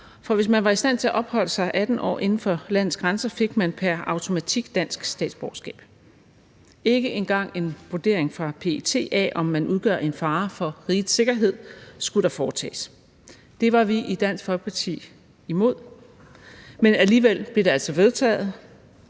for hvis man var i stand til at opholde sig 18 år inden for landets grænser, fik man pr. automatik dansk statsborgerskab. Ikke engang en vurdering fra PET af, om man udgjorde en fare for rigets sikkerheden, skulle foretages. Det var vi i Dansk Folkeparti imod, men alligevel blev det altså vedtaget,